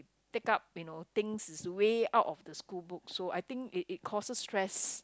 pick up you know things way out of the school books so I think it it causes stress